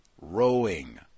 rowing